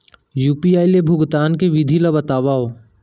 UPI ले भुगतान के विधि ला बतावव